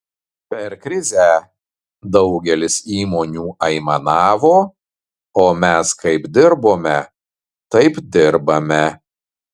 per krizę daugelis įmonių aimanavo o mes kaip dirbome taip dirbame